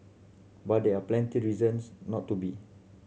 but there are plenty reasons not to be